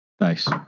Nice